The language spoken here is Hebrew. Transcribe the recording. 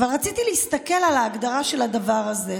אבל רציתי להסתכל על ההגדרה של הדבר הזה.